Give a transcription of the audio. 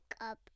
up